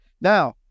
now